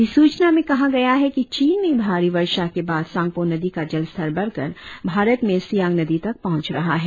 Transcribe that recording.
अधिसूचना में कहा गया है कि चीन में भारी वर्षा के बाद सांगपो नदी का जल स्तर बढ़कर भारत में सियांग नदी तक पहुंच रहा है